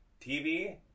TV